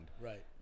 Right